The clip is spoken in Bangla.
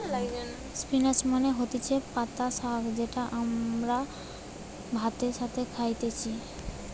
স্পিনাচ মানে হতিছে পাতা শাক যেটা আমরা ভাতের সাথে খাইতেছি